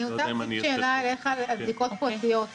אני רוצה לשאול שאלה על בדיקות פרטיות.